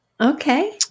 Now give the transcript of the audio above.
Okay